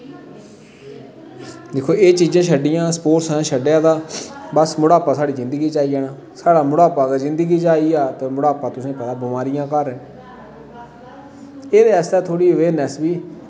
दिक्खो एह् चीजां छड्डियां स्पोर्टस असें छड्डेआ तां बस बढ़ापा साढ़ी जिन्दगी च आई जाना साढ़ा बढ़ापा जिन्दगी च आई गेआ ते बढ़ापा तुसेंगी पता ऐ बमारियें दा घर ऐ एह्दे आस्तै थोह्ड़ी अवेयरनैस्स बी